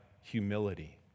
Humility